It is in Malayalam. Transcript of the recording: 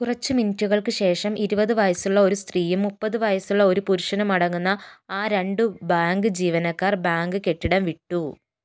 കുറച്ച് മിനിറ്റുകൾക്ക് ശേഷം ഇരുവത് വയസ്സുള്ള ഒരു സ്ത്രീയും മുപ്പത് വയസ്സുള്ള ഒരു പുരുഷനുമടങ്ങുന്ന ആ രണ്ട് ബാങ്ക് ജീവനക്കാർ ബാങ്ക് കെട്ടിടം വിട്ടു